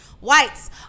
Whites